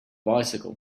bicycle